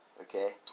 Okay